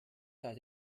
sei